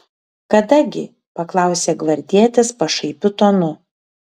kada gi paklausė gvardietis pašaipiu tonu